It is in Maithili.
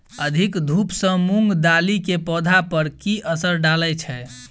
अधिक धूप सँ मूंग दालि केँ पौधा पर की असर डालय छै?